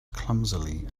clumsily